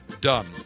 done